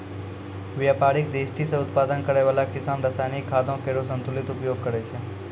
व्यापारिक दृष्टि सें उत्पादन करै वाला किसान रासायनिक खादो केरो संतुलित उपयोग करै छै